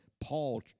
Paul